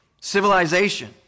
civilization